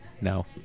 No